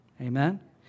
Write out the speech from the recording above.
Amen